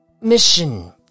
Mission